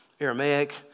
Aramaic